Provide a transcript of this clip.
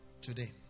Today